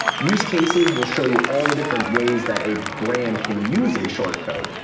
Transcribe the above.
use cases will show you all the different ways that a brand can use a short code.